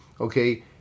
Okay